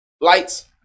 lights